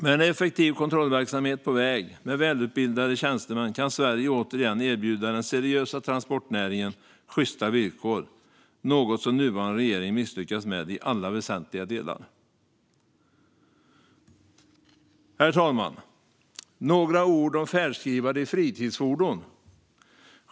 Med en effektiv kontrollverksamhet på väg och välutbildade tjänstemän kan Sverige återigen erbjuda den seriösa transportnäringen sjysta villkor, något som nuvarande regering misslyckats med i alla väsentliga delar. Herr talman! Några ord om färdskrivare i fritidsfordon.